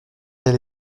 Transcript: elle